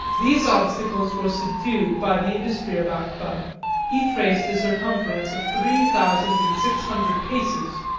these obstacles were subdued by the industry of akbah he traced a circumference of three thousand and six hundred paces,